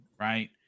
right